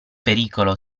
pericolo